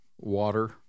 water